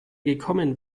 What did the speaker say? gekommen